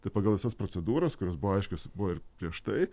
tai pagal visas procedūras kurios buvo aiškios buvo ir prieš tai